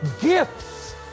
gifts